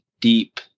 deep